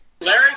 Larry